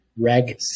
reg